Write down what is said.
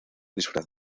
disfraz